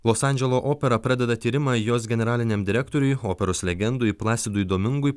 los andželo opera pradeda tyrimą jos generaliniam direktoriui operos legendui plasidui domingui